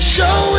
Show